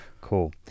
cool